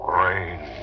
rain